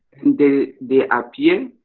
they they appear,